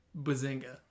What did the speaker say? Bazinga